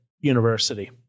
university